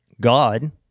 God